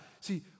See